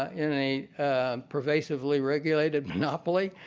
in a pervasively regulated monopoly.